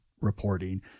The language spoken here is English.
reporting